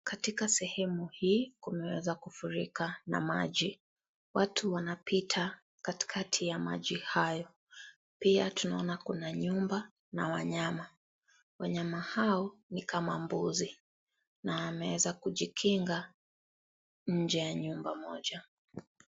Katika sehemu hii, kumeweza kufurika na maji. Watu wanapita katikati ya maji hayo. Pia tunaona kuna nyumba na wanyama. Wanyama hao, ni kama mbuzi na ameweza kujikinga nje ya nyumba moja.